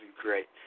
great